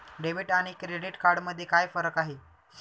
Debit आणि credit card मध्ये काय फरक आहे?